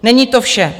Není to vše.